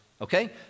okay